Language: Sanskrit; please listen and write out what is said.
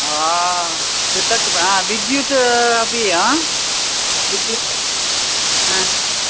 ओ पृथक् वा विद्युत् अपि आ विद्युत् ह